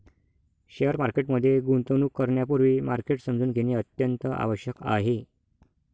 share market मध्ये गुंतवणूक करण्यापूर्वी मार्केट समजून घेणे अत्यंत आवश्यक आहे